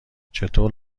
چطور